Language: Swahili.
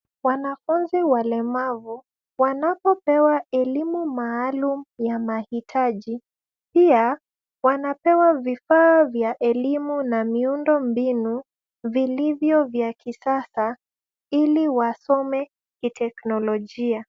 Wanafunzi walemavu wanapopewa elimu maalum ya mahitaji, pia wanapewa vifaa vya elimu na miundo mbinu vilivyo vya kisasa ili wasome kiteknolojia.